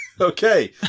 okay